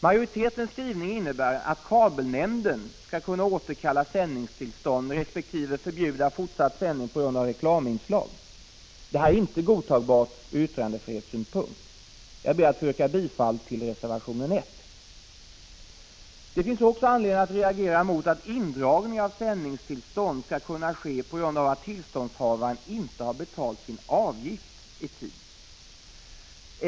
Majoritetens skrivning innebär att kabelnämnden skall kunna återkalla sändningstillstånd, resp. förbjuda fortsatt sändning på grund av reklaminslag. Detta är inte godtagbart ur yttrandefrihetssynpunkt. Jag ber att få yrka bifall till reservation 1. Det finns anledning att reagera mot att indragning av sändningstillstånd skall kunna ske på grund av att tillståndshavaren inte har betalat sin avgift i tid.